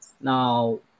Now